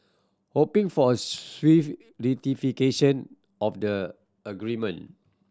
hoping for a swift ratification of the agreement